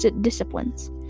disciplines